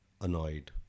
annoyed